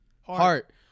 Heart